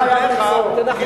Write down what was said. חבר הכנסת מולה, תקשיב.